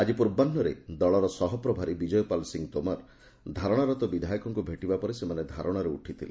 ଆକି ପୂର୍ବାହୁରେ ଦଳର ସହପ୍ରଭାରୀ ବିଜୟପାଲ ସିଂ ତୋମାର ଧାରଶାରତ ବିଧାୟକଙ୍ଙ୍ ଭେଟିବା ପରେ ସେମାନେ ଧାରଣାରୁ ଉଠିଥିଲେ